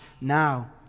now